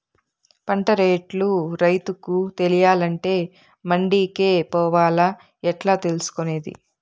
పంట రేట్లు రైతుకు తెలియాలంటే మండి కే పోవాలా? ఎట్లా తెలుసుకొనేది?